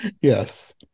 Yes